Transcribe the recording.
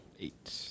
eight